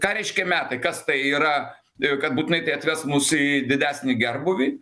ką reiškia metai kas tai yra ir kad būtinai tai atves mus į didesnį gerbūvį